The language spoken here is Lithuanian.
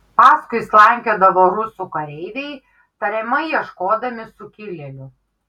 paskui slankiodavo rusų kareiviai tariamai ieškodami sukilėlių